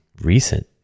recent